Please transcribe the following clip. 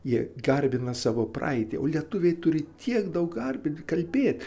jie garbina savo praeitį o lietuviai turi tiek daug garbinti kalbėt